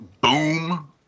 boom